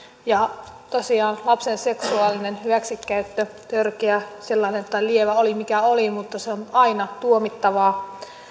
ja tosiaan lapsen seksuaalinen hyväksikäyttö törkeä tai lievä sellainen oli mikä oli on aina tuomittavaa